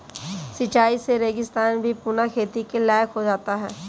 सिंचाई से रेगिस्तान भी पुनः खेती के लायक हो सकता है